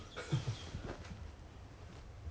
about 三个月 of full pay ya then